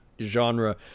genre